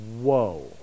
whoa